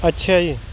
ਅੱਛਾ ਜੀ